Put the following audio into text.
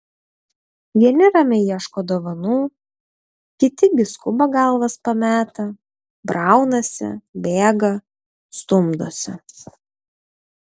vieni ramiai ieško dovanų kiti gi skuba galvas pametę braunasi bėga stumdosi